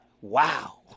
Wow